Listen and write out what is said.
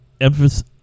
emphasis